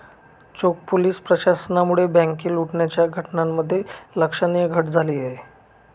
चोख पोलीस प्रशासनामुळे बँक लुटण्याच्या घटनांमध्ये लक्षणीय घट झाली आहे